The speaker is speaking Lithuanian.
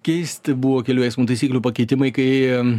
keisti buvo kelių eismo taisyklių pakeitimai kai